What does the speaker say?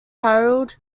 harold